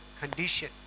condition